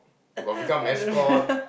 got become mascot